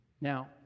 Now